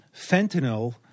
Fentanyl